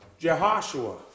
Jehoshua